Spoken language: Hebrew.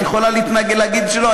את יכולה להגיד שלא.